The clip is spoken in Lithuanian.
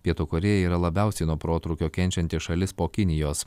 pietų korėja yra labiausiai nuo protrūkio kenčianti šalis po kinijos